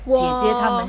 我